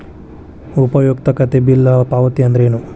ಉಪಯುಕ್ತತೆ ಬಿಲ್ ಪಾವತಿ ಅಂದ್ರೇನು?